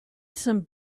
some